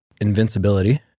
invincibility